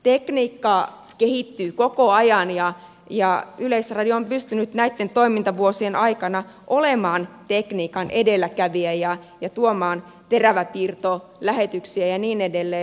tekniikka kehittyy koko ajan ja yleisradio on pystynyt näitten toimintavuosien aikana olemaan tekniikan edelläkävijä ja tuomaan teräväpiirtolähetyksiä ja niin edelleen